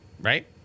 Right